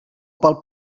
pel